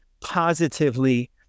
positively